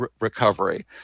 recovery